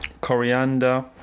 coriander